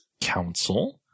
Council